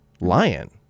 Lion